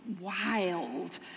wild